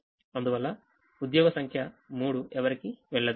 అందువల్ల ఉద్యోగ సంఖ్య మూడు ఎవరికీ వెళ్ళదు